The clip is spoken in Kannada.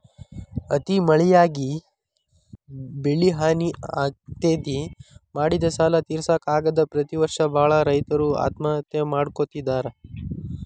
ಅತಿ ಮಳಿಯಾಗಿ ಬೆಳಿಹಾನಿ ಆಗ್ತೇತಿ, ಮಾಡಿದ ಸಾಲಾ ತಿರ್ಸಾಕ ಆಗದ ಪ್ರತಿ ವರ್ಷ ಬಾಳ ರೈತರು ಆತ್ಮಹತ್ಯೆ ಮಾಡ್ಕೋತಿದಾರ